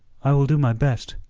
i will do my best.